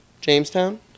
Jamestown